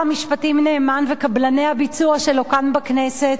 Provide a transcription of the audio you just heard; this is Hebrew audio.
המשפטים נאמן וקבלני הביצוע שלו כאן בכנסת,